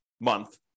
month